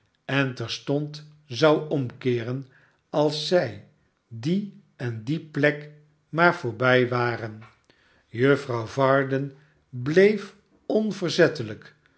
en terstond zou omkeeren als zij die en die plek maar voorbij waren juffrouw varden bleeef